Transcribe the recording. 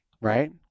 Right